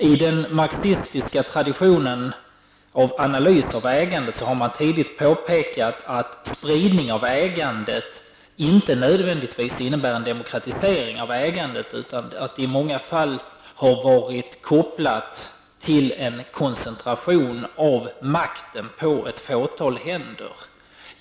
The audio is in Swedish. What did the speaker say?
I den marxistiska traditionen av analyser av ägande har man tidigt påpekat att spridning av ägandet inte nödvändigtvis innebär en demokratisering av ägandet, utan att det i många fall har varit kopplat till en koncentration av makten på ett fåtal händer.